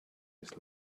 his